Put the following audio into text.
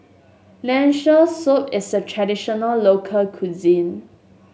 soup is a traditional local cuisine